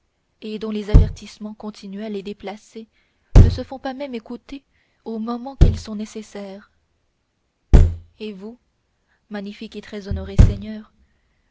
et dont les avertissements continuels et déplacés ne se font pas même écouter au moment qu'ils sont nécessaires et vous magnifiques et très honorés seigneurs